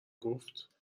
گفت